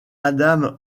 adam